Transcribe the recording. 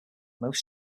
most